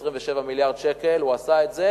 ב-27 מיליארד שקל הוא עשה את זה,